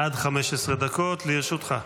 עד 15 דקות לרשותך.